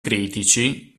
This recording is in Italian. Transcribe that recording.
critici